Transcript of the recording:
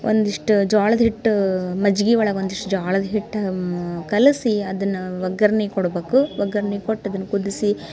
ಒಂದಿಷ್ಟು ಜೋಳದ್ ಹಿಟ್ಟು ಮಜ್ಗೆಯೊಳಗ್ ಒಂದಿಷ್ಟು ಜೋಳದ್ ಹಿಟ್ಟು ಕಲಸಿ ಅದನ್ನು ಒಗ್ಗರ್ಣೆ ಕೊಡ್ಬೇಕು ಒಗ್ಗರ್ಣೆ ಕೊಟ್ಟು ಅದನ್ನು ಕುದಿಸಿ